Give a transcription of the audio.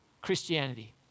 Christianity